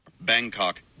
Bangkok